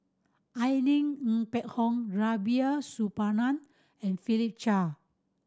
Irene Ng Phek Hoong Rubiah Suparman and Philip Chia